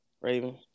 Raven